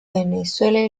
venezuela